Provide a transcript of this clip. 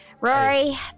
Rory